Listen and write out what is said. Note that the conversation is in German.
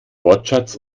wortschatz